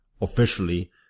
officially